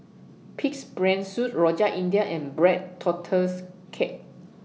Pig'S Brain Soup Rojak India and Black Tortoise Cake